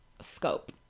scope